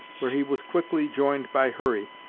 where he was quickly joined by hurry,